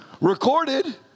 Recorded